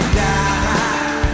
die